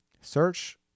search